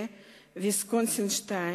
"ויסקונסין 2"